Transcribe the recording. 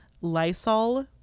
Lysol